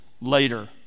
later